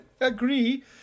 agree